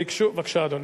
בבקשה, אדוני.